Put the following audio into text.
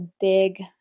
big